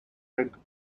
prevent